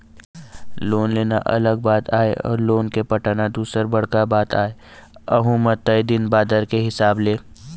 loan लेना अलग बात आय अउ लोन ल पटाना दूसर बड़का बात आय अहूँ म तय दिन बादर के हिसाब ले